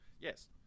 Yes